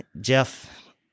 Jeff